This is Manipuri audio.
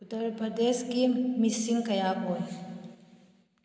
ꯎꯇꯔ ꯄ꯭ꯔꯗꯦꯁꯀꯤ ꯃꯤꯁꯤꯡ ꯀꯌꯥ ꯑꯣꯏ